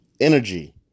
energy